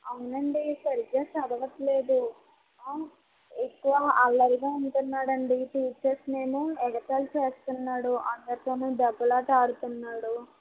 అవును అండి సరిగ్గా చదవట్లేదు ఎక్కువ అల్లరిగా ఉంటన్నాడు అండి టీచర్స్ని ఏమో ఎగతాళి చేస్తున్నాడు అందరితోనూ దెబ్బలాట ఆడుతున్నాడు